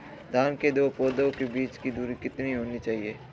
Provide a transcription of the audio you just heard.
धान के दो पौधों के बीच की दूरी कितनी होनी चाहिए?